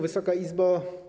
Wysoka Izbo!